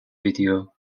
vidéo